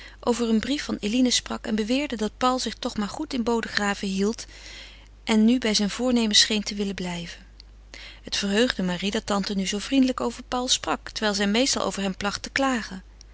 over een brief van eline sprak en beweerde dat paul zich toch maar goed in bodegraven hield en nu bij zijne voornemens scheen te willen blijven het verheugde marie dat tante nu zoo vriendelijk over paul sprak terwijl zij meestal over hem placht te klagen